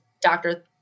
doctor